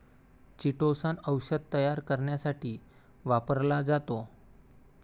chitosan औषध तयार करण्यासाठी वापरला जातो